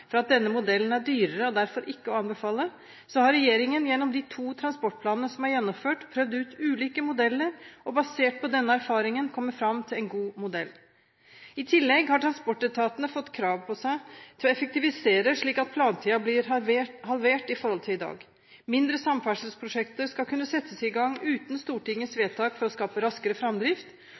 for at denne modellen er dyrere og derfor ikke å anbefale, har regjeringen gjennom de to transportplanene som er gjennomført, prøvd ut ulike modeller og basert på denne erfaringen kommet fram til en god modell. I tillegg har transportetatene fått et krav på seg til å effektivisere slik at plantiden blir halvert i forhold til i dag, mindre samferdselsprosjekter skal kunne settes i gang uten Stortingets vedtak for å skape raskere framdrift,